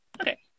Okay